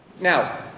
Now